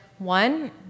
One